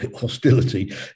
hostility